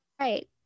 right